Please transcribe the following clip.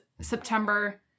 September